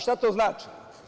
Šta to znači?